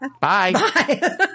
Bye